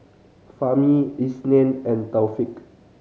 Fahmi Isnin and Taufik